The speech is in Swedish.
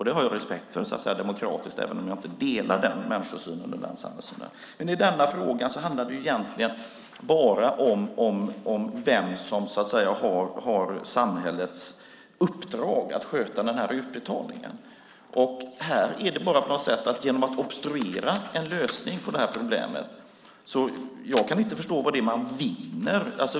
Det har jag respekt för demokratiskt, även om jag inte delar den människosynen eller den samhällssynen. I denna fråga handlar det egentligen bara om vem som har samhällets uppdrag att sköta den här utbetalningen. Jag kan inte förstå vad man vinner med att obstruera en lösning på problemet.